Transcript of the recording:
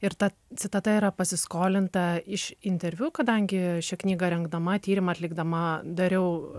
ir ta citata yra pasiskolinta iš interviu kadangi šią knygą rengdama tyrimą atlikdama dariau